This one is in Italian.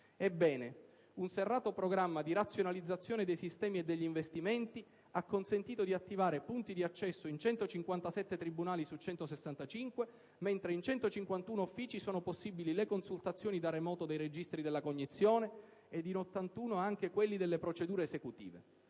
Ebbene, un serrato programma di razionalizzazione dei sistemi e degli investimenti ha consentito di attivare punti di accesso in 157 tribunali su 165, mentre in 151 uffici sono possibili le consultazioni da remoto dei registri della cognizione e in 81 anche quelli delle procedure esecutive.